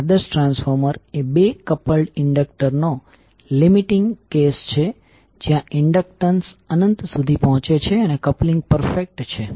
આદર્શ ટ્રાન્સફોર્મર એ બે કપલ્ડ ઇન્ડક્ટર નો લિમિટિંગ કેસ છે જ્યાં ઇન્ડક્ટન્સ અનંત સુધી પહોચે છે અને કપલિંગ પરફેક્ટ છે